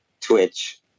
Twitch